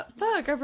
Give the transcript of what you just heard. fuck